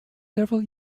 several